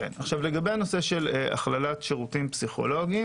אין באמת שירותים פסיכולוגיים